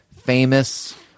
famous